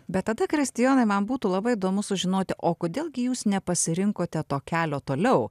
bet tada kristijonai man būtų labai įdomu sužinoti o kodėl gi jūs nepasirinkote to kelio toliau